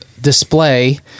display